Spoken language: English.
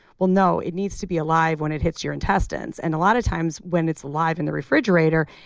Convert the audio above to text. well, no, it needs to be alive when it hits your intestines. and a lot of times when it's live in the refrigerator,